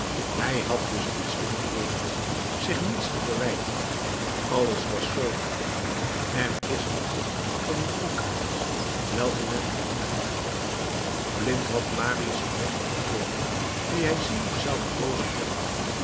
hij had dus niets te betreuren zich niets te verwijten alles was zoo goed er is een god voor die dronkaards welke men verliefden noemt blind had marius den weg betreden dien hij ziende zou gekozen hebben